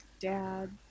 dad